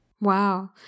Wow